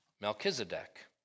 Melchizedek